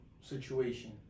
situation